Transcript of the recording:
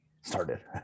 Started